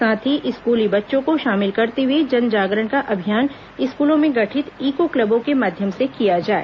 साथ ही स्कूली बच्चों को शामिल करते हुए जनजागरण का अभियान स्कूलों में गठित इको क्लबों के माध्यम से किया जाए